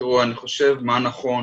תראו, אני חושב מה נכון